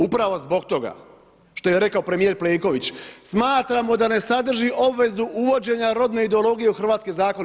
Upravo zbog toga što je rekao premijer Plenković, smatramo da ne sadrži obvezu uvođenja rodne ideologije u hrvatske zakone.